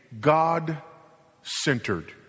God-centered